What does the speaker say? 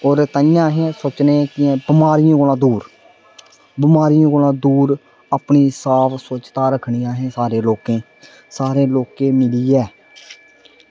ते ताहीं अस सोचने कि बमारियें कोला दूर बमारियें कोला दूर अपनी साफ स्वच्छता रक्खनी असें सारें सारें लोकें मिलियै